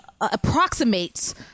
approximates